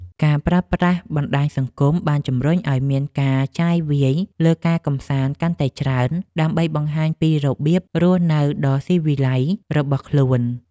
ការប្រើប្រាស់បណ្ដាញសង្គមបានជំរុញឱ្យមានការចាយវាយលើការកម្សាន្តកាន់តែច្រើន ដើម្បីបង្ហាញពីរបៀបរស់នៅដ៏ស៊ីវិល័យរបស់ខ្លួន។